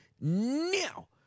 now